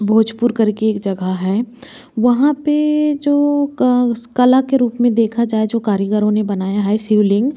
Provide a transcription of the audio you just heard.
भोजपुर करके एक जगह है वहाँ पर जो कला के रूप में देखा जाए जो कारीगरों ने बनाया है शिवलिंग